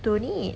don't need